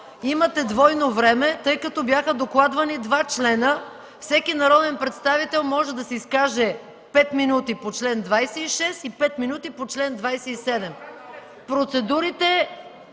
имате двойно време, тъй като бяха докладвани два члена. Всеки народен представител може да се изкаже 5 мин. по чл. 26 и 5 мин. по чл. 27.